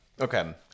Okay